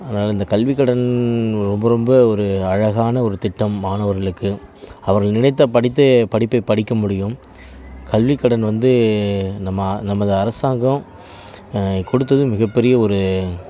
அதாவது இந்த கல்விக்கடன் ரொம்ப ரொம்ப ஒரு அழகான ஒரு திட்டம் மாணவர்களுக்கு அவர்கள் நினைத்த படித்த படிப்பை படிக்க முடியும் கல்விக்கடன் வந்து நம்ம நமது அரசாங்கம் கொடுத்தது மிக பெரிய ஒரு